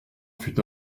fut